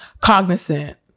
cognizant